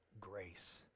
grace